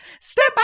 Step